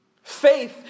Faith